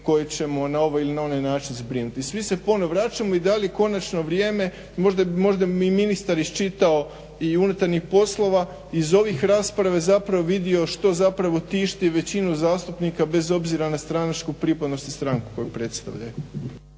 koji ćemo na ovaj ili onaj način zbrinuti. I svi se ponovno vraćamo i da li je konačno vrijeme, možda bi ministar iščitao i unutarnjih poslova, iz ovih rasprava je zapravo vidio što zapravo tišti većinu zastupnika bez obzira na stranačku pripadnost i stranku koju predstavljaju.